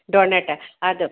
டோணட்டை அது